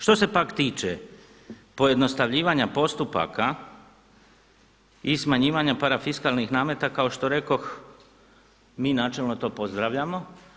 Što se pak tiče pojednostavljivanja postupaka i smanjivanja parafiskalnih nameta kao što rekoh mi načelno to pozdravljamo.